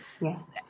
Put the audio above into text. Yes